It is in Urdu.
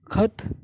خط